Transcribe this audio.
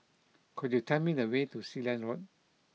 could you tell me the way to Sealand Road